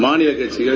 மாநிலக் கட்சிகள்